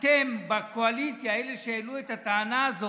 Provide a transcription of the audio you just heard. אתם בקואליציה, אלה שהעלו את הטענה הזאת,